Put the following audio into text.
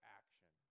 action